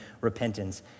repentance